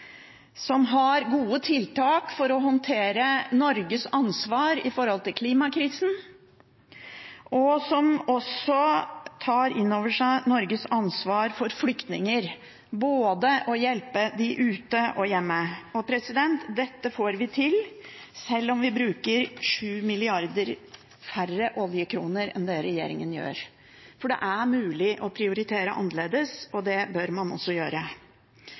også tar inn over seg Norges ansvar for flyktninger – hjelpe både ute og hjemme. Dette får vi til sjøl om vi bruker 7 milliarder færre oljekroner enn regjeringen gjør – for det er mulig å prioritere annerledes, og det bør man også gjøre.